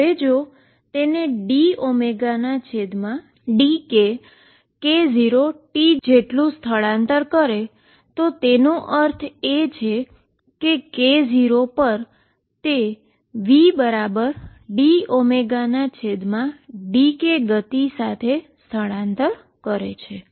હવે જો તે dωdkk0 t જેટલું સ્થળાંતર કરે તો તેનો અર્થ એ કે તે k0 પર તે v dωdk સ્પીડ સાથે સ્થળાંતર કરે છે